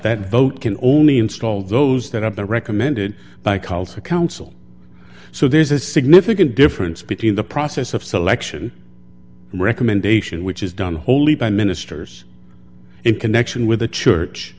that vote can only install those that have been recommended by culture council so there is a significant difference between the process of selection recommendation which is done wholly by ministers in connection with the church